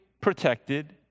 protected